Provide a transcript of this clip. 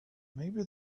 maybe